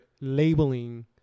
labeling